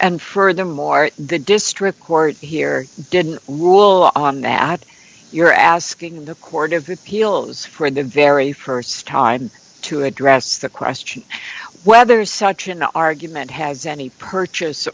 and furthermore the district court here didn't rule on that you're asking the court of appeals for the very st time to address the question whether such an argument has any purchase